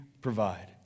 provide